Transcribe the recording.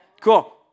cool